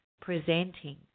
presenting